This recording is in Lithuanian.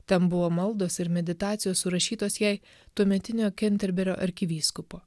ten buvo maldos ir meditacijos surašytos jai tuometinio kenterberio arkivyskupo